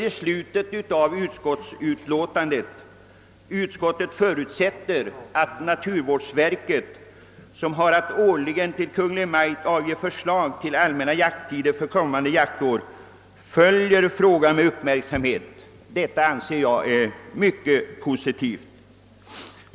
I slutet av utskottsutlåtandet sägs: »Utskottet förutsätter därför att naturvårdsverket, som har att årligen till Kungl. Maj:t avge förslag till allmänna jakttider för kommande jaktår, följer frågan med uppmärksamhet.» Detta uttalande anser jag vara mycket positivt.